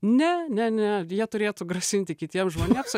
ne ne ne jie turėtų grasinti kitiems žmonėms